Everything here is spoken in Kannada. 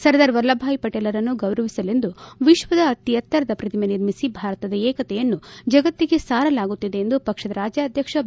ಸರ್ದಾರ್ ವಲ್ಲಭ ಭಾಯಿ ಪಟೇಲರನ್ನು ಗೌರವಿಸಲೆಂದು ವಿಶ್ವದ ಅತೀ ಎತ್ತರದ ಪ್ರತಿಮೆ ನಿರ್ಮಿಸಿ ಭಾರತದ ಏಕತೆಯನ್ನು ಜಗತ್ತಿಗೆ ಸಾರಲಾಗುತ್ತಿದೆ ಎಂದು ಪಕ್ಷದ ರಾಜ್ಯಾಧಕ್ಷ ಬಿ